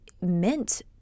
meant